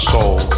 Soul